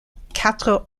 quatre